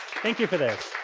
thank you for this.